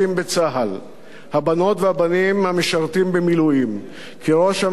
הבנות והבנים המשרתים במילואים כי ראש הממשלה הפלה בין